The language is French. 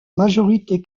majorité